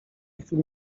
chwili